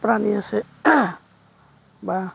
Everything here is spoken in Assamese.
প্ৰাণী আছে বা